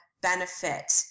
benefit